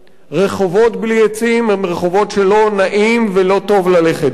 רחובות בלי עצים הם רחובות שלא נעים ולא טוב ללכת בהם.